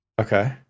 Okay